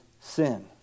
sin